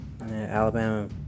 Alabama